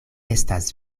estas